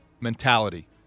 mentality